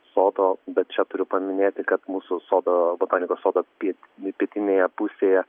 sodo bet čia turiu paminėti kad mūsų sodo botanikos sodo piet pietinėje pusėje